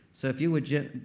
so if you would gently,